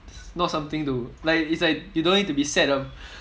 not something to like it's like you don't need to be sad a~